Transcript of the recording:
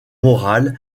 morales